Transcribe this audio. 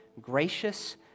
gracious